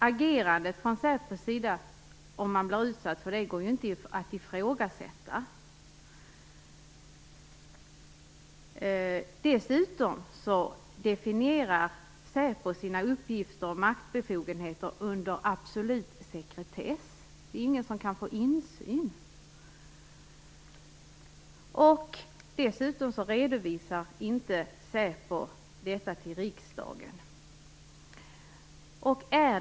Agerandet från säpos sida går ju inte att ifrågasätta, om man blir utsatt för detta. Dessutom definierar säpo sina uppgifter och maktbefogenheter under absolut sekretess - ingen kan alltså få insyn. Säpo redovisar inte heller till riksdagen.